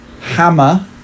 Hammer